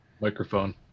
microphone